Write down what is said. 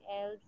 else